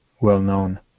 well-known